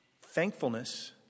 Thankfulness